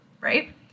right